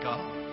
God